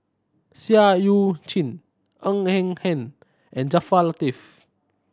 Seah Eu Chin Ng Eng Hen and Jaafar Latiff